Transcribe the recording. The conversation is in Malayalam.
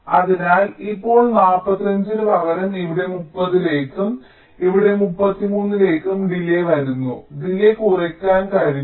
അതിനാൽ ഇപ്പോൾ 45 ന് പകരം ഇവിടെ 30 ലേക്കും ഇവിടെ 33 ലേക്കും ഡിലേയ് വരുന്നു ഡിലേയ് കുറയ്ക്കാൻ ഞങ്ങൾക്ക് കഴിഞ്ഞു